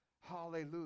Hallelujah